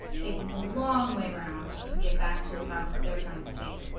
taking the long way around to get back to the profits they're trying to take